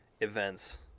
events